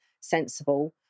sensible